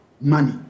money